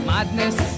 Madness